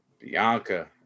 Bianca